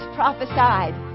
prophesied